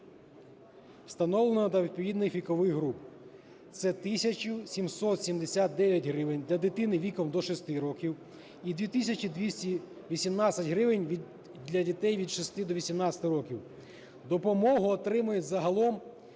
встановленого для відповідних вікових груп. Це 1779 гривень – для дитини віком до 6 років і 2218 гривень – для дітей від 6 до 18 років. Допомогу отримує загалом